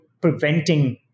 preventing